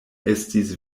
estis